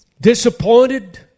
disappointed